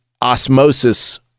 osmosis